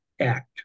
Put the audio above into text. Act